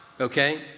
okay